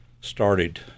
started